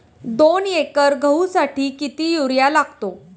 दोन एकर गहूसाठी किती युरिया लागतो?